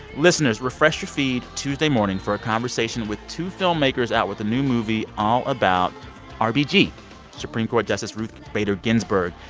listeners, refresh your feed tuesday morning for a conversation with two filmmakers out with the new movie all about ah rbg supreme court justice ruth bader ginsburg.